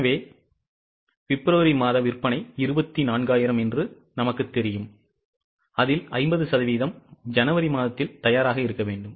எனவே பிப்ரவரி மாத விற்பனை 24000 என்று நமக்குத் தெரியும் அதில் 50 சதவீதம் ஜனவரி மாதத்தில் தயாராக இருக்க வேண்டும்